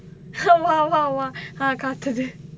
!wow! !wow! !wow!